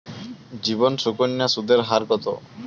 জীবন সুকন্যা সুদের হার কত?